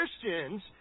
christians